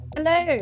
Hello